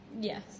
yes